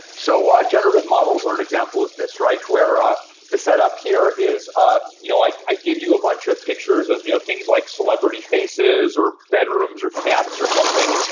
so ah generative models are an example of this, right? where ah the setup here is ah you know i i give you a bunch of pictures of you know things, like celebrity faces, or bedrooms, or cats or something,